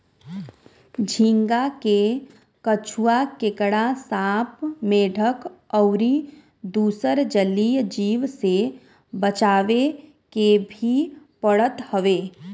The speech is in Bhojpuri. झींगा के कछुआ, केकड़ा, सांप, मेंढक अउरी दुसर जलीय जीव से बचावे के भी पड़त हवे